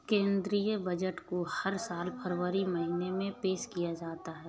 केंद्रीय बजट को हर साल फरवरी महीने में पेश किया जाता है